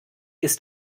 ist